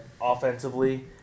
offensively